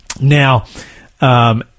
Now